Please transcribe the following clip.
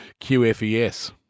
QFES